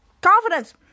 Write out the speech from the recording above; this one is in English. Confidence